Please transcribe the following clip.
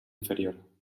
inferior